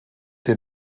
den